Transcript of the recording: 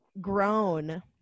grown